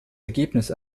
ergebnis